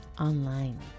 online